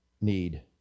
need